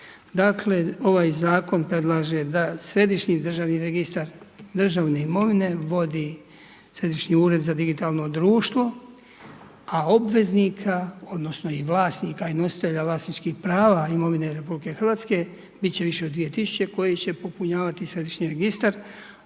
Dakle ovaj zakon predlaže da Središnji državni registar državne imovine vodi Središnji ured za digitalno društvo a obveznika odnosno i vlasnika i nositelja vlasničkih prava imovine RH biti će više od 2000 koji će popunjavati središnji registar